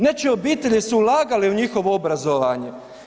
Nečije obitelji su ulagale u njihovo obrazovanje.